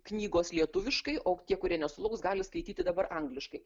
knygos lietuviškai o tie kurie nesulauks gali skaityti dabar angliškai